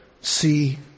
see